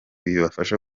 bibafasha